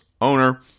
owner